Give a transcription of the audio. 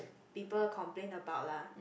people complain about lah